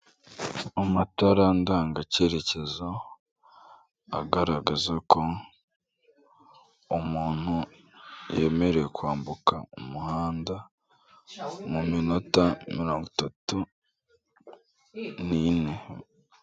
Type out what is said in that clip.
Amatara ndanga cyerekezo agaragaza ko umuntu yemerewe kwambuka umuhanda, mu minota mirongo itatu n'ine.